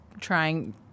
trying